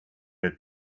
are